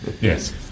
Yes